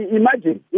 imagine